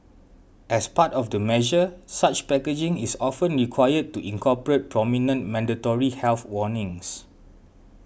as part of the measure such packaging is often required to incorporate prominent mandatory health warnings